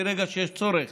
מרגע שיש צורך